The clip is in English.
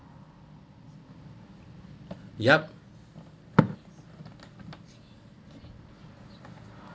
yup